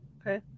Okay